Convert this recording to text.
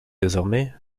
désormais